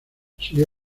siguió